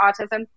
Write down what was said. autism